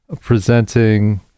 presenting